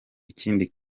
ikindi